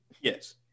Yes